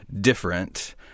different